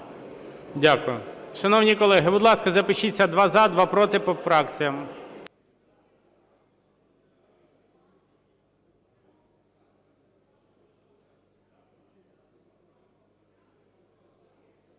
Дякую. Шановні колеги, будь ласка, запишіться: два – за, два – проти по фракціях.